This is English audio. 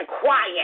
quiet